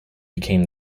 became